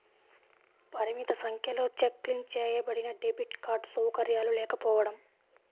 పరిమిత సంఖ్యలో check link చేయబడినడెబిట్ కార్డ్ సౌకర్యాలు లేకపోవడం